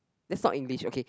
that's not English okay